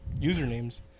Usernames